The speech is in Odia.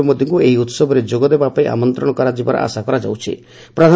ପ୍ରଧାନମନ୍ତ୍ରୀ ନରେନ୍ଦ୍ର ମୋଦିଙ୍କୁ ଏହି ଉସବରେ ଯୋଗଦେବାପାଇଁ ଆମନ୍ତ୍ରଣ କରାଯିବାର ଆଶା କରାଯାଉଛି